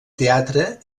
teatre